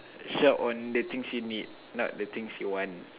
shop on the things you need not the things you want